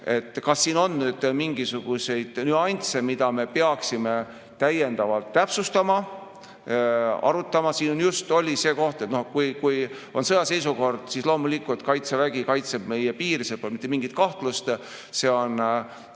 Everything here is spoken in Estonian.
kas siin on mingisuguseid nüansse, mida me peaksime täiendavalt täpsustama, arutama. Siin just oli see koht, et kui on sõjaseisukord, siis loomulikult Kaitsevägi kaitseb meie piiri, selles pole mitte mingit kahtlust. See on